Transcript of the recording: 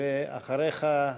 אחריך,